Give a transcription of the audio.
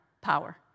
power